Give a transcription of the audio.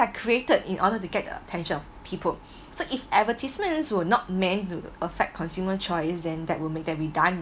are created in order to get the attention of people so if advertisements were not meant to affect consumer choice then that will make them redundant